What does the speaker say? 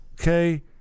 okay